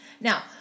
Now